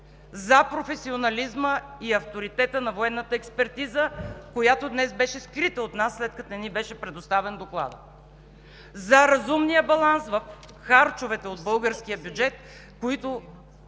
за професионализма и авторитета на военната експертиза, която днес беше скрита от нас, след като не ни беше предоставен Докладът, за разумния баланс в харчовете от българския бюджет, които